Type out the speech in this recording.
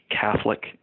Catholic